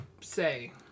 say